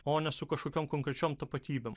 o ne su kažkokiom konkrečiom tapatybėm